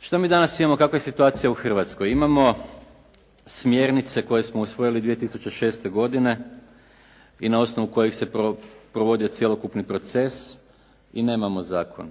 Šta mi danas imamo, kakva je situacija u Hrvatskoj? Imamo smjernice koje smo usvojili 2006. godine i na osnovu kojih se provodio cjelokupni proces i nemamo zakon.